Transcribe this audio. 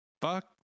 Fuck